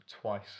twice